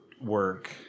work